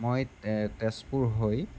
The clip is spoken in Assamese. মই তেজপুৰ হৈ